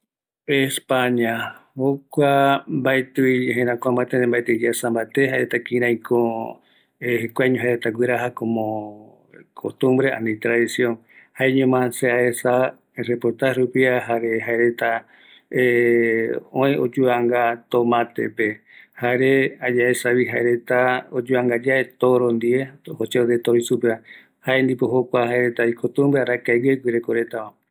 España jaevi mbaetɨ mbate yaikua mbaeko iyɨpɨ reta oeya supeva, jaeñoma aesa yuvanga tomatepe, jare omboguaireta torova, oïmeko aipo ïrü mboromboete jekore guinoï reta